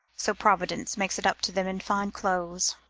so providence makes it up to them in fine clothes.